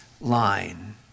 line